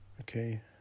okay